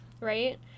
right